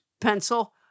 pencil